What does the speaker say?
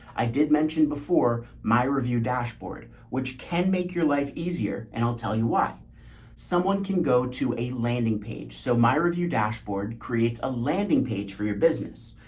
i did mention before my review dashboard, which can make your life easier, and i'll tell you why someone can go to a landing page. so my review dashboard creates a landing page for your business.